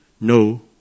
No